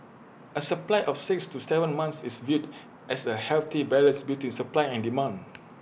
A supply of six to Seven months is viewed as A healthy balance between supply and demand